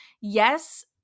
yes